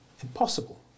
impossible